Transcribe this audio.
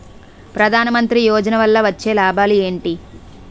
ప్రధాన మంత్రి యోజన వల్ల వచ్చే లాభాలు ఎంటి?